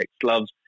gloves